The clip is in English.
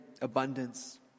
abundance